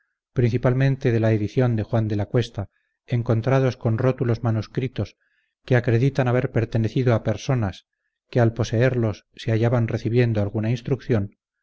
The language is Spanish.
principalmente de la edición de juan de la cuesta encontrados con rótulos manuscritos que acreditan haber pertenecido a personas que al poseerlos se hallaban recibiendo alguna instrucción